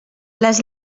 les